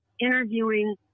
interviewing